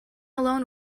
alone